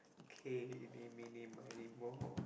K eeny-meeny-miny-moe